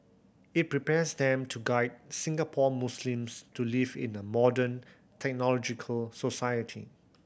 it prepares them to guide Singapore Muslims to live in a modern technological society